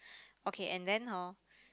okay and then hor